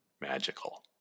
magical